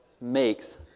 makes